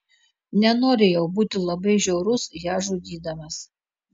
nenori jau būti labai žiaurus ją žudydamas